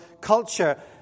culture